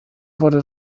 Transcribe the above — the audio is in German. wurde